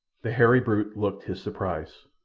the hairy brute looked his surprise.